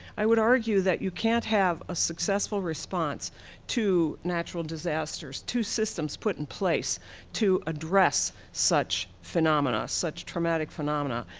i would argue that you can't have a successful response to natural disasters. two systems put in place to address such phenomenon, such traumatic phenomenon.